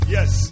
Yes